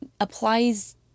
applies